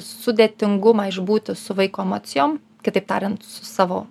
sudėtingumą išbūti su vaiko emocijom kitaip tariant su savo